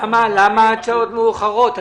למה עד שעות מאוחרות?